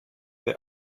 der